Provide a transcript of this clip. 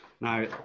Now